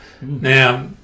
Now